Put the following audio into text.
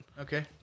Okay